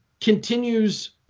continues